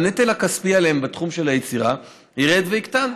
הנטל הכספי עליהם בתחום של היצירה ירד ויקטן.